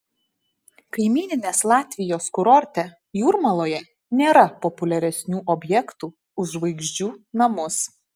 kaimyninės latvijos kurorte jūrmaloje nėra populiaresnių objektų už žvaigždžių namus